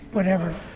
whatever.